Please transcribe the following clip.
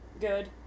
good